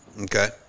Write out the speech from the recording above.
okay